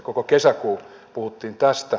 koko kesäkuu puhuttiin tästä